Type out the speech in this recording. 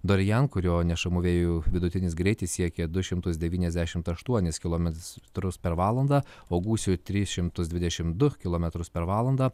dorian kurio nešamų vėjų vidutinis greitis siekė du šimtus devyniasdešimt aštuonis kilometrus per valandą o gūsių tris šimtus dvidešimt du kilometrus per valandą